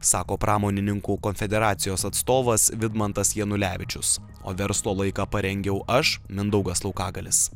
sako pramonininkų federacijos atstovas vidmantas janulevičius o verslo laiką parengiau aš mindaugas laukagalis